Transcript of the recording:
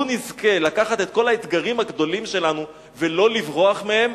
לו נזכה לקחת את כל האתגרים הגדולים שלנו ולא לברוח מהם,